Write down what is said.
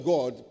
God